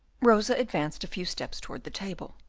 rosa advanced a few steps towards the table.